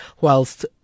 whilst